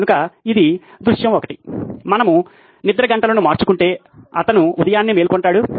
కనుక ఇది దృశ్యం 1 మనము నిద్ర గంటలను మార్చుకుంటే అతను ఉదయాన్నే మేల్కొంటాడు